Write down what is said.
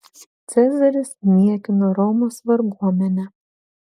cezaris niekino romos varguomenę